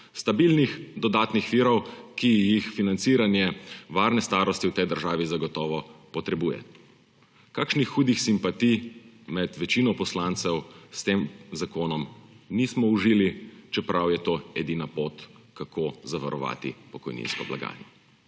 stabilnih dodatnih virov, ki jih financiranje varne starosti v tej državi zagotovo potrebuje. Kakšnih hudih simpatij med večino poslancev s tem zakonom nismo užili, čeprav je to edina pot, kako zavarovati pokojninsko blagajno.